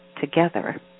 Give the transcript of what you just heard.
together